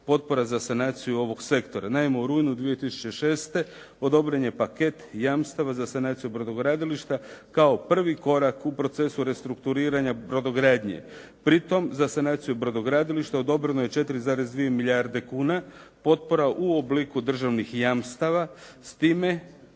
potpora za sanaciju ovoga sektora. Naime u rujnu 2006. odobren je paket jamstava za sanaciju brodogradilišta kao prvi korak u procesu restrukturiranja brodogradnje. Pri tome za sanaciju brodogradilišta odobreno je 4,2 milijarde kuna u obliku državnih jamstava s time